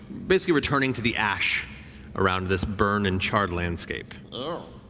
basically returning to the ash around this burned and charred landscape. ah